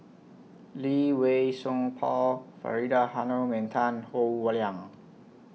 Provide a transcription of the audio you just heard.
Lee Wei Song Paul Faridah Hanum and Tan Howe Liang